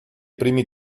primi